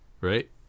Right